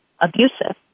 abusive